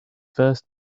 first